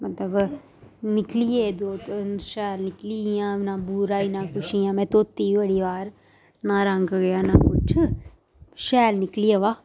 मतलब निकलियै दो शैल निकली इयां ना बुर आई ना किश इ'यां मै धोती बड़ी बार ना रंग गेआ ना कुछ शैल निकली अवा